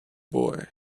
boy